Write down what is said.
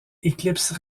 éclipse